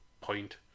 point